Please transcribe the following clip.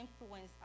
influence